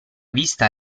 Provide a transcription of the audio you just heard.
vista